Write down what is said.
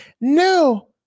No